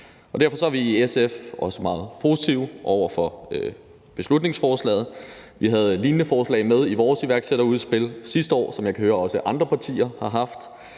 Derfor er vi i SF også meget positive over for beslutningsforslaget. Vi havde et lignende forslag med i vores iværksætterudspil sidste år, hvad jeg kan høre at også andre partier har haft.